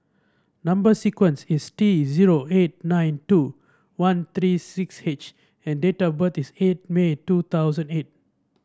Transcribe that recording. number sequence is T zero eight nine two one three six H and date of birth is eight May two thousand eight